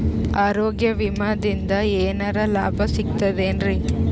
ಆರೋಗ್ಯ ವಿಮಾದಿಂದ ಏನರ್ ಲಾಭ ಸಿಗತದೇನ್ರಿ?